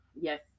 Yes